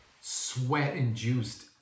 sweat-induced